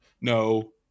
No